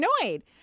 annoyed